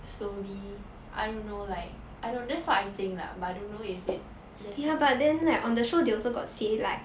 slowly I don't know like I don't that's what I think lah but I don't know is it